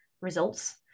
results